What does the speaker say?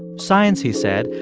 science, he said,